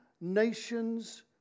nations